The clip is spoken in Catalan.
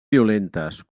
violentes